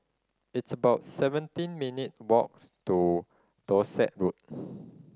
it's about seventeen minute walks to Dorset Road